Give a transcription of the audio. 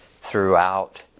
throughout